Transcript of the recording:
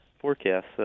forecast